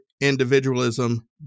Individualism